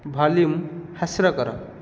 volume ହ୍ରାସ କର